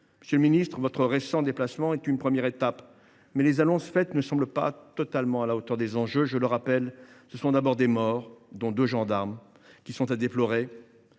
Monsieur le ministre, votre récent déplacement constitue une première étape, mais les annonces faites ne semblent pas totalement à la hauteur des enjeux. Je rappelle que des morts, dont deux gendarmes, sont à déplorer,